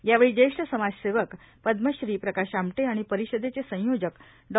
यावेळी ज्येष्ठ समाजसेवक पद्मश्री प्रकाश आमटे आणि परिषदेचे संयोजक डॉ